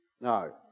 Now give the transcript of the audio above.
No